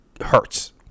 hurts